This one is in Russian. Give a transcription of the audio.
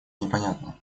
непонятно